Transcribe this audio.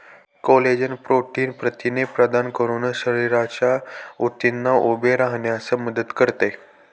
collagen protein प्रथिने प्रदान करून शरीराच्या ऊतींना उभे राहण्यास मदत करते